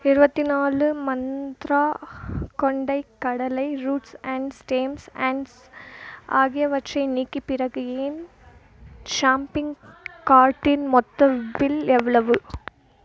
இருபத்தி நாலு மந்த்ரா கொண்டைக்கடலை ரூட்ஸ் அண்ட் ஸ்டேம்ஸ் அண்ட்ஸ் ஆகியவற்றை நீக்கி பிறகு என் ஷாம்பிங் கார்ட்டின் மொத்த பில் எவ்வளவு